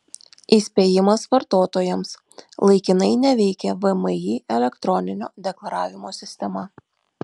įspėjimas vartotojams laikinai neveikia vmi elektroninio deklaravimo sistema